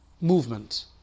movement